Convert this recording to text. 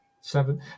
seven